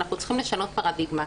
אנחנו צריכים לשנות את הפרדיגמה,